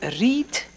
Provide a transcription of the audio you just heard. read